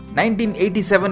1987